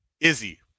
Izzy